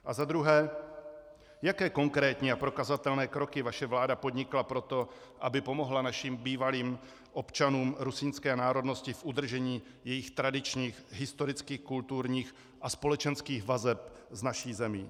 A za druhé, jaké konkrétní a prokazatelné kroky vaše vláda podnikla pro to, aby pomohla našim bývalým občanům rusínské národnosti v udržení jejich tradičních historických, kulturních a společenských vazeb s naší zemí?